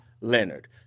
Leonard